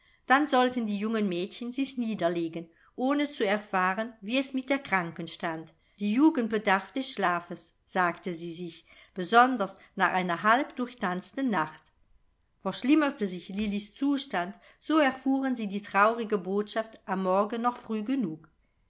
dann sollten die jungen mädchen sich niederlegen ohne zu erfahren wie es mit der kranken stand die jugend bedarf des schlafes sagte sie sich besonders nach einer halb durchtanzten nacht verschlimmerte sich lillis zustand so erfuhren sie diese traurige botschaft am morgen noch früh genug